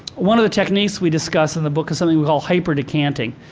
one of the techniques we discuss in the book is something we call hyper decanting.